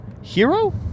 hero